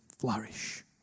flourish